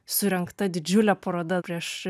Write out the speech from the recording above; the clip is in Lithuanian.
surengta didžiulė paroda prieš